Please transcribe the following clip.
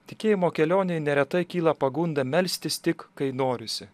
tikėjimo kelionėj neretai kyla pagunda melstis tik kai norisi